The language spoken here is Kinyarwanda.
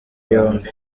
yombi